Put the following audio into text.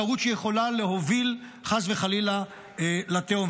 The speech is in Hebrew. טעות שיכולה להוביל חס וחלילה לתהום.